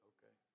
Okay